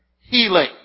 healing